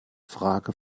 frage